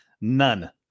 none